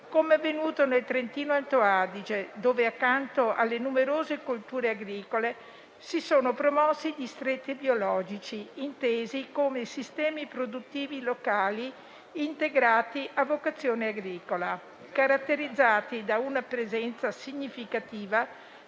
come è avvenuto nel Trentino Alto Adige dove, accanto alle numerose colture agricole, si sono promossi i distretti biologici, intesi come sistemi produttivi locali integrati a vocazione agricola, caratterizzati da una presenza significativa